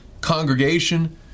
congregation